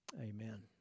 amen